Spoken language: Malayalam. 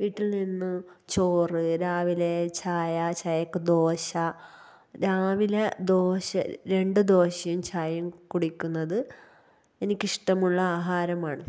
വീട്ടില്നിന്ന് ചോറ് രാവിലെ ചായ ചായക്ക് ദോശ രാവിലെ ദോശ രണ്ട് ദോശയും ചായയും കുടിക്കുന്നത് എനിക്കിഷ്ടമുള്ള ആഹാരമാണ്